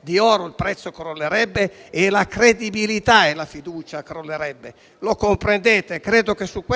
di oro, il prezzo crollerebbe e la credibilità e la fiducia crollerebbero. Lo comprenderete. Credo che su questo